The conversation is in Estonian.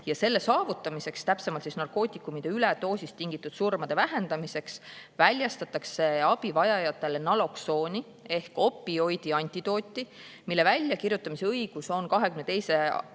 Ja selle saavutamiseks, täpsemalt siis narkootikumi üledoosist tingitud surmade vähendamiseks, väljastatakse abivajajatele naloksooni ehk opioidi antidooti, mille väljakirjutamise õigus on 2022.